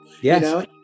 Yes